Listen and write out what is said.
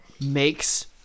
makes